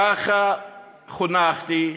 ככה חונכתי,